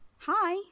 Hi